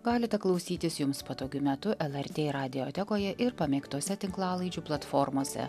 galite klausytis jums patogiu metu lrt radiotekoje ir pamėgtose tinklalaidžių platformose